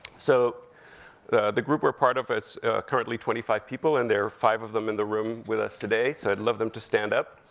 so the the group we're part of is currently twenty five people, and there are five of them in the room with us today, so i'd love them to stand up.